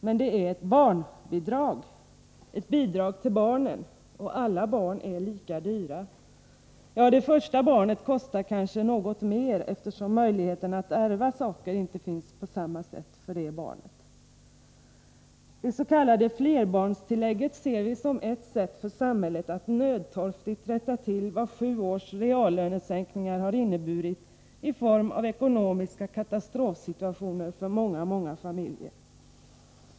Men det är ett barnbidrag, ett bidrag till barnen. Och alla barn är lika dyra — ja, det första barnet kostar kanske något mer, eftersom möjligheten att ärva saker inte finns på samma sätt för detta barn. flerbarnstillägget ser vi som ett sätt för samhället att nödtorftigt rätta till vad sju års reallönesänkningar har inneburit i form av ekonomiska katastrofsituationer för många, många familjer.